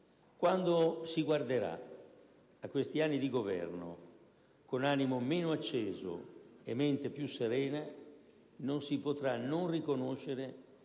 Quando si guarderà a questi anni di governo con animo meno acceso e mente più serena, non si potrà non riconoscere